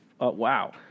Wow